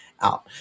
out